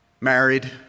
married